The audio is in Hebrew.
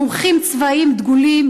מומחים צבאיים דגולים,